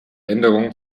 änderung